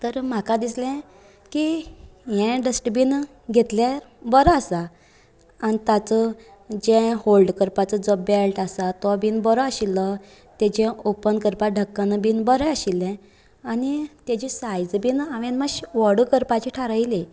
तर म्हाका दिसलें की हे डस्टबीन घेतलेर बरो आसा आनी ताचो जे होल्ड करपाचो जो बॅल्ट आसा तो बीन बरो आशिल्लो तेचे ओपन करपा ढक्कन बीन बरें आशिल्ले आनी तेची सायज बीन मात्शी व्हड करपाची थारायली